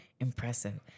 impressive